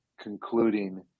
concluding